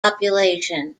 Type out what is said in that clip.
population